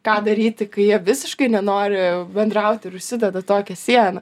ką daryti kai jie visiškai nenori bendrauti ir užsideda tokią sieną